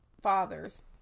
fathers